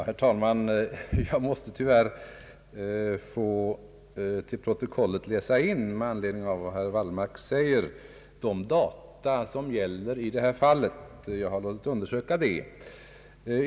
Herr talman! Med anledning av vad herr Wallmark sade måste jag tyvärr till protokollet läsa in de data som gäller i det här fallet. Jag har låtit undersöka vad som har hänt.